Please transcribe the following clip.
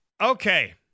Okay